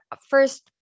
first